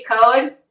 code